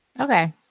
Okay